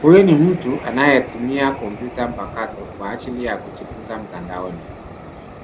Huyu ni mtu anayetumia kompyuta mpakato kwa ajili ya kujifunza mtandaoni.